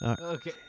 Okay